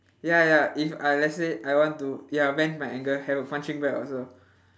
ya ya if I let's say I want to ya vent my anger have a punching bag also